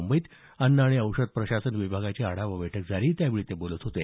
मुंबईत अन्न आणि औषध प्रशासन विभागाची आढावा बैठक काल झाली त्यावेळी ते बोलत होते